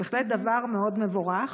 זה בהחלט דבר מאוד מבורך.